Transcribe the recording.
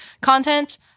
content